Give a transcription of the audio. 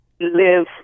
live